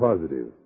Positive